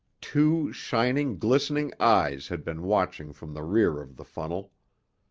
two shining, glistening eyes had been watching from the rear of the funnel.